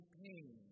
pain